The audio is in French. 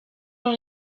dans